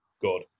good